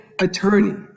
attorney